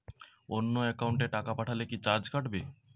অন্য একাউন্টে টাকা পাঠালে কি চার্জ কাটবে?